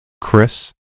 Chris